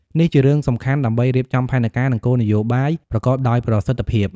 នេះជារឿងសំខាន់ដើម្បីរៀបចំផែនការ និងគោលនយោបាយប្រកបដោយប្រសិទ្ធភាព។